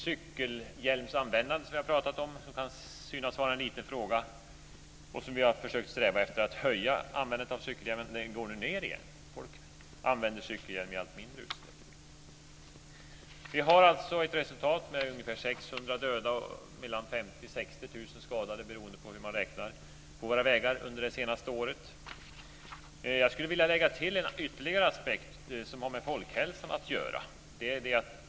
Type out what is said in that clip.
Cykelhjälmsanvändandet kan verka vara en liten fråga, men vi har strävat efter att öka användandet av cykelhjälm. Folk använder dock cykelhjälm i allt mindre utsträckning. Vi har ett resultat med ungefär 600 döda och mellan 50 000 och 60 000 skadade, beroende på hur man räknar, på våra vägar under det senaste året. Jag skulle vilja lägga till en aspekt som har med folkhälsan att göra.